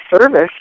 service